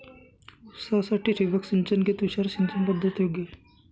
ऊसासाठी ठिबक सिंचन कि तुषार सिंचन पद्धत योग्य आहे?